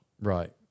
Right